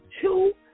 two